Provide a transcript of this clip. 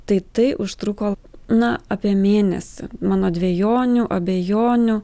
tai tai užtruko na apie mėnesį mano dvejonių abejonių